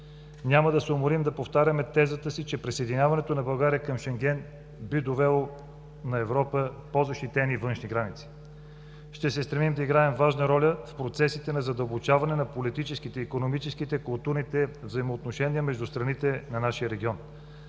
Няма да се уморим да повтаряме тезата си, че присъединяването на България към Шенген би довело до по-защитени външни граници на Европа. Ще се стремим да играем важна роля в процесите на задълбочаване на политическите, икономическите, културните взаимоотношения между страните на нашия регион.